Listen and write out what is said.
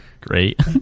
Great